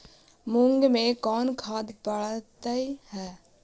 मुंग मे कोन खाद पड़तै है?